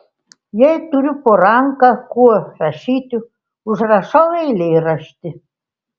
jei turiu po ranka kuo rašyti užrašau eilėraštį